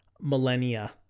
millennia